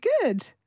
good